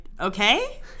okay